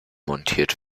montiert